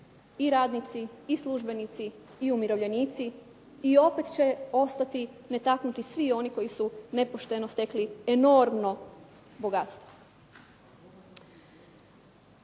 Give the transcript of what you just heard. i radnici i službenici i umirovljenici i opet će ostati netaknuti svi oni koji su nepošteno stekli enormno bogatstvo.